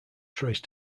traced